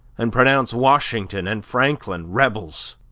and pronounce washington and franklin rebels?